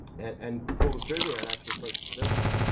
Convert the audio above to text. and pull the trigger and actually purchase the business.